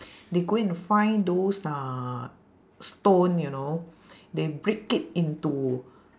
they go and find those uh stone you know they break it into